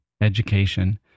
Education